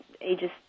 ages